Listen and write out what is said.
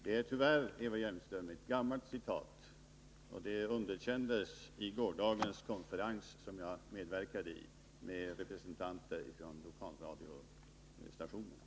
Det är tyvärr, Eva Hjelmström, ett gammalt citat, och det underkändes i gårdagens konferens som jag medverkade i tillsammans med representanter för lokalradiostationerna.